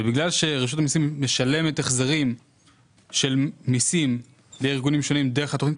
ובגלל שרשות המסים משלמת החזרים של מסים לארגונים שונים דרך התכנית